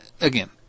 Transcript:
again